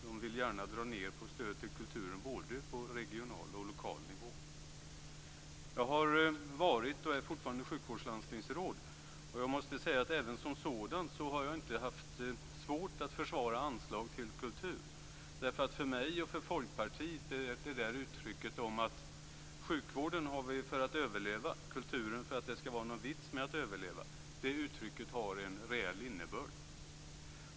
De vill gärna dra ned på stödet till kulturen både på regional och lokal nivå. Jag har varit och är fortfarande sjukvårdslandstingsråd. Jag måste säga att jag inte heller som sådant har haft svårt att försvara anslag till kultur. För mig och för Folkpartiet har uttrycket "Sjukvården har vi för att överleva, kulturen för att det ska vara någon vits med att överleva" en reell innebörd.